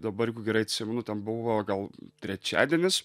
dabar jeigu gerai atsimenu ten buvo gal trečiadienis